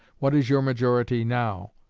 what is your majority now?